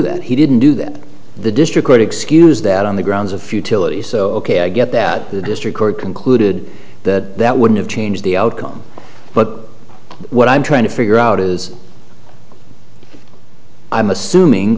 that he didn't do that the district court excuse that on the grounds of futility so ok i get that the district court concluded that it wouldn't change the outcome but what i'm trying to figure out is i'm assuming